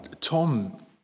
Tom